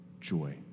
joy